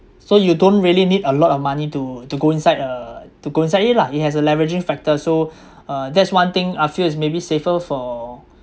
so you don't really need a lot of money to to go inside uh to go inside it lah it has a leveraging factor so uh that's one thing I feel it's maybe safer for